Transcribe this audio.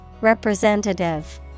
Representative